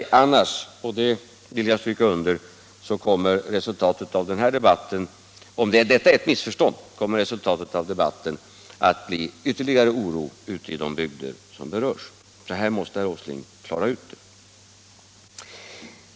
Om inte detta är ett missförstånd — och det vill jag stryka under — kommer resultatet av den här debatten att innebära ytterligare oro i de bygder som berörs. Det här måste alltså herr Åsling klara ut.